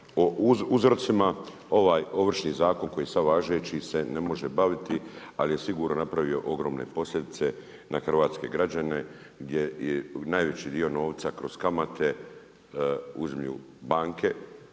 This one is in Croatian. o uzrocima ovaj Ovršni zakon koji sada važeći se ne može baviti, ali je sigurno napravio ogromne posljedice na hrvatske građane gdje je najveći dio novca kroz kamate uzimlju banke